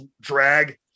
drag